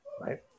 right